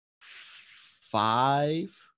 five